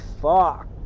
fuck